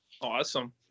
Awesome